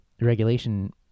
regulation